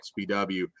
xpw